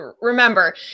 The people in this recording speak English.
Remember